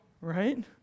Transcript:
right